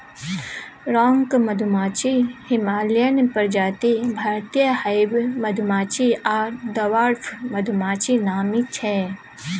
rock मधुमाछी, Himalayan प्रजाति, भारतीय हाइब मधुमाछी आ डवार्फ मधुमाछी नामी छै